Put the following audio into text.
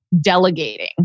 delegating